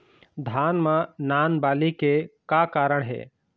धान म नान बाली के का कारण हे?